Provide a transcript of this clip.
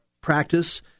practice